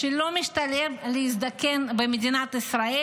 שלא משתלם להזדקן במדינת ישראל?